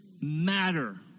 matter